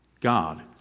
God